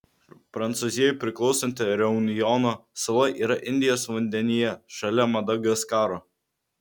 prancūzijai priklausanti reunjono sala yra indijos vandenyje šalia madagaskaro